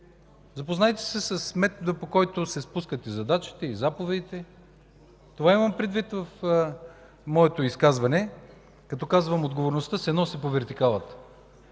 Запознайте се с метода, по който се спускат задачите и заповедите. Това имам предвид в моето изказване, като казвам, че отговорността се носи по вертикала.